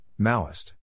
Maoist